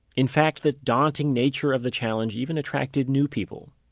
in fact the daunting nature of the challenge even attracted new people.